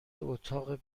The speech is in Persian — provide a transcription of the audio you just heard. اتاق